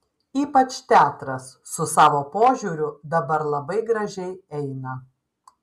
ypač teatras su savo požiūriu dabar labai gražiai eina